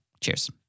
Cheers